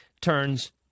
turns